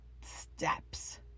steps